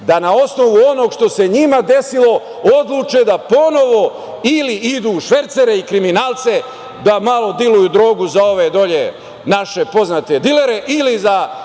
da na osnovu onoga što se njima desilo, odluče da ponovo ili idu u švercere i kriminalce, da malo diluju drogu za ove dole naše poznate dilere ili da